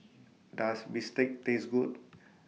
Does Bistake Taste Good